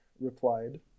replied